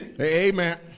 Amen